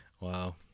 Wow